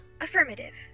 Affirmative